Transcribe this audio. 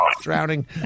Drowning